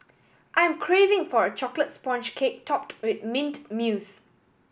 I am craving for a chocolate sponge cake topped with mint mousse